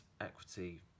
equity